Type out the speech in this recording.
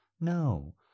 No